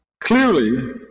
Clearly